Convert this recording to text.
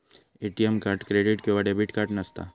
ATM card credit किंवा debit card नसता